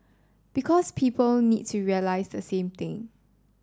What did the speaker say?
because people need to realise the same thing